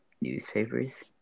newspapers